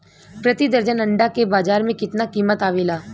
प्रति दर्जन अंडा के बाजार मे कितना कीमत आवेला?